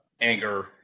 anger